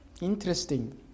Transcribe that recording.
interesting